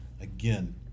again